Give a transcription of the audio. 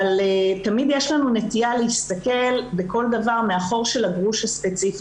אבל תמיד יש לנו נטייה להסתכל בכל דבר מהחור של הגרוש הספציפי.